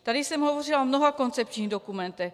Tady jsem hovořila o mnoha koncepčních dokumentech.